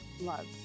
Love